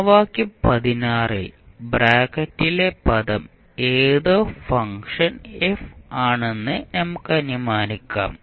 സമവാക്യം ൽ ബ്രാക്കറ്റ്ലെ പദം ഏതോ ഫംഗ്ഷൻ f ആണെന്ന് നമുക്ക് അനുമാനിക്കാം